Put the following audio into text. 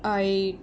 I